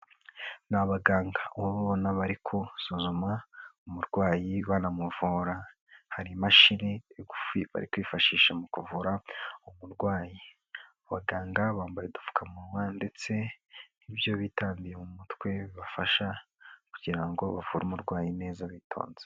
Ni abaganga ubabona bari gusuzuma umurwayi banamuvura. Hari imashini bari kwifashisha mu kuvura umurwayi. Abaganga bambaye udupfukamunwa ndetse n'ibyo bitandiye mu mutwe, bafasha kugira ngo bavure umurwayi neza bitonze.